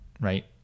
right